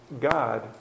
God